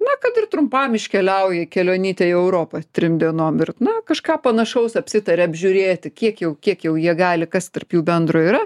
na kad ir trumpam iškeliauja į kelionytę į europą trim dienom ir na kažką panašaus apsitarė apžiūrėti kiek jau kiek jau jie gali kas tarp jų bendro yra